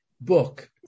book